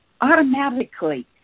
automatically